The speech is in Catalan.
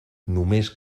només